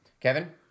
Kevin